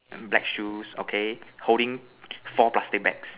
black shoes okay holding four plastic bags